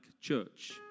church